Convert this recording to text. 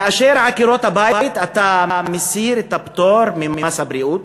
כאשר לעקרות-הבית אתה מסיר את הפטור ממס הבריאות,